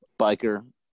biker